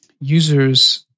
users